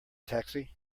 taxi